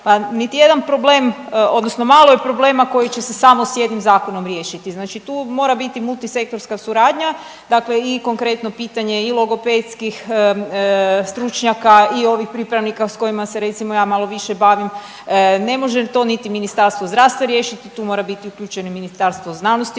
niti jedan problem odnosno malo je problema koji će se samo s jednim zakonom riješiti, znači tu mora biti multisektorska suradnja, dakle i konkretno pitanje i logopedskih stručnjaka i ovih pripravnika s kojima se, recimo ja, malo više bavim, ne može to niti Ministarstvo zdravstva riješiti, tu mora biti uključeno i Ministarstvo znanosti